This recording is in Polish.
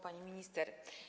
Pani Minister!